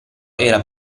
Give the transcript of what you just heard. era